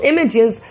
images